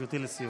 גברתי, לסיום.